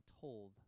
told